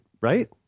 Right